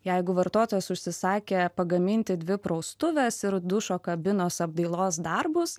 jeigu vartotojas užsisakė pagaminti dvi praustuves ir dušo kabinos apdailos darbus